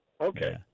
Okay